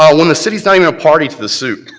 ah when the city is not even a party to the suit.